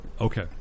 Okay